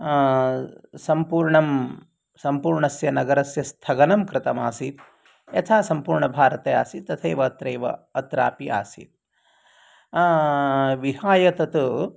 सम्पूर्णं सम्पूर्णस्य नगरस्य स्थगनं कृतमासीत् यथा सम्पूर्णभारते आसीत् तथैव अत्रैव अत्रापि आसीत् विहाय तत्